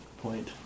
point